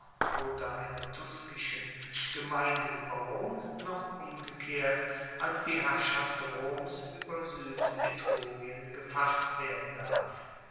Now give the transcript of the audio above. oder einer tuskischen gemeinde ueber rom noch umgekehrt als die herrschaft roms ueber suedetrurien gefasst werden darf